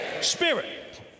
spirit